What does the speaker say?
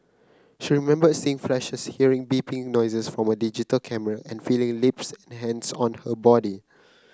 she remembered seeing flashes hearing beeping noises from a digital camera and feeling lips and hands on her body